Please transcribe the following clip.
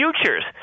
futures